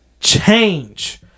change